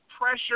pressure